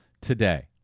today